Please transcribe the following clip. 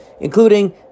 including